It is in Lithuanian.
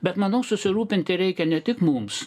bet manau susirūpinti reikia ne tik mums